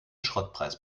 schrottpreis